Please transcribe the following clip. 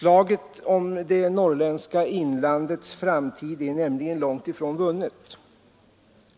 Slaget om det norrländska inlandets framtid är nämligen långt ifrån vunnit.